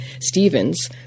Stevens